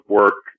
work